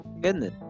goodness